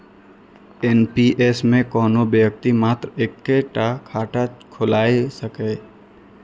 NPS मे कोनो व्यक्ति मात्र एक्के टा खाता खोलाए सकैए